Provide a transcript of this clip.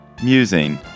Musing